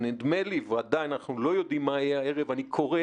אנחנו עדיין לא יודעים מה יהיה הערב, אבל אני קורא